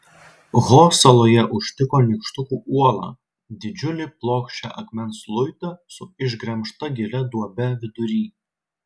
ho saloje užtiko nykštukų uolą didžiulį plokščią akmens luitą su išgremžta gilia duobe vidury